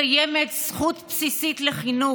קיימת זכות בסיסית לחינוך,